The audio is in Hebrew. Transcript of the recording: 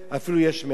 אפילו יש מאין.